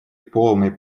полной